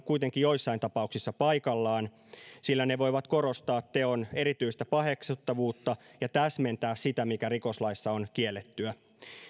kuitenkin joissain tapauksissa paikallaan sillä ne voivat korostaa teon erityistä paheksuttavuutta ja täsmentää sitä mikä rikoslaissa on kiellettyä